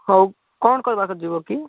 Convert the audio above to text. ହଉ କ'ଣ କରିବାକୁ ଯିବ କି